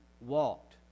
walked